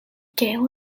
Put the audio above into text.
gale